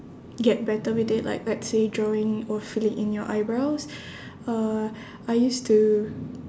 get better with it like let's say drawing or filling in your eyebrows uh I used to